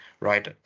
right